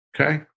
okay